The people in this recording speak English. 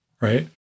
right